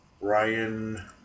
Ryan